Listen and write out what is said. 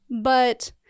But-